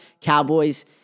Cowboys